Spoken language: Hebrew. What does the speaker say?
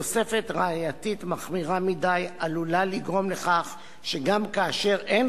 תוספת ראייתית מחמירה מדי עלולה לגרום לכך שגם כאשר אין